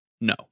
No